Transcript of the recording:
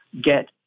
Get